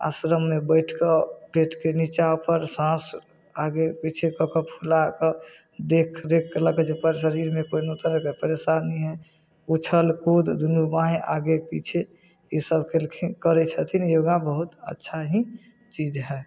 आश्रममे बैठिके पेटके नीचा उपर साँस आगे पिछाँ कऽ कऽ फुलाकऽ देखरेख कएलक जे ओकर शरीरमे कोनो तरहके परेशानी हइ उछलकूद दुनू बाँहि आगे पिछे ईसब केलखिन करै छथिन योगा बहुत अच्छा ही चीज हइ